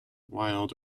wild